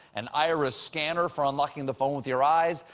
an iris scanner for unlocking the phone with your eyes,